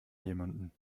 jemanden